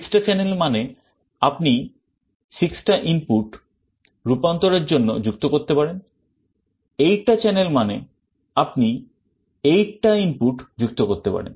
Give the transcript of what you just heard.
6 টা channel মানে আপনি 6 টা ইনপুট রূপান্তরের জন্য যুক্ত করতে পারেন 8 টা channel মানে আপনি 8 টা ইনপুট যুক্ত করতে পারেন